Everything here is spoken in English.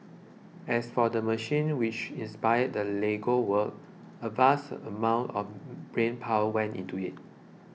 as for the machine which inspired the Lego work a vast amount of brain power went into it